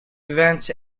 events